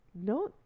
No